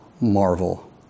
marvel